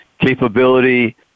capability